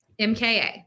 MKA